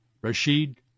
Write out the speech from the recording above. Rashid